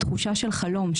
תחושה של חלום,